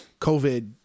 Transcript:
COVID